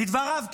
לדבריו,